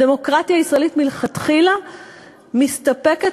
הדמוקרטיה הישראלית מלכתחילה מסתפקת